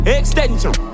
extension